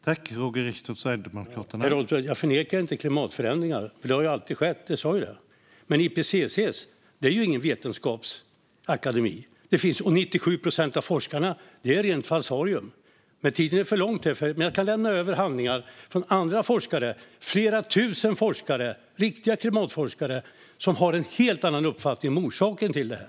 Herr ålderspresident! Jag förnekar inte klimatförändringarna. Sådana har alltid skett; jag sa ju det. IPCC är ingen vetenskapsakademi. Och att det är 97 procent av forskarna är ett rent falsarium. Tiden är för kort här, men jag kan lämna över handlingar från andra forskare - flera tusen forskare, riktiga klimatforskare - som har en helt annan uppfattning om orsaken till detta.